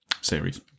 series